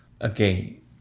again